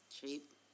Cheap